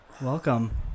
Welcome